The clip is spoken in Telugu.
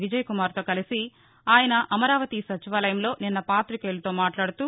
విజయ్ కుమార్ తో కలసి ఆయన అమరావతి సచివాలయంలో నిన్న పాతికేయులతో మాట్లాడుతూ